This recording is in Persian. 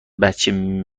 بچه